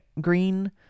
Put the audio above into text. green